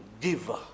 giver